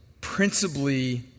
principally